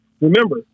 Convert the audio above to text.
Remember